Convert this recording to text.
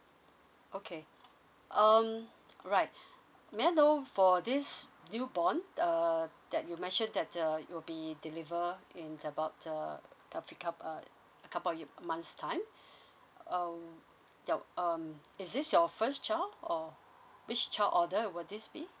okay um right may I know for this do you born uh that you mention that uh you will be delivered in about uh probably coup~ a couple of months' time um yup um is this your first child or which child order will this be